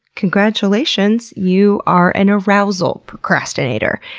congratulations! you are an arousal procrastinator,